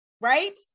right